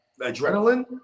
adrenaline